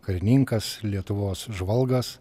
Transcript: karininkas lietuvos žvalgas